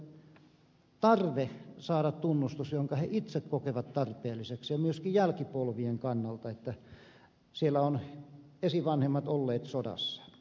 tässä on näille henkilöille tarve saada tunnustus jonka he itse kokevat tarpeelliseksi myöskin jälkipolvien kannalta että esivanhemmat ovat olleet sodassa